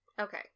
okay